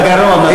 לא עם הגרון,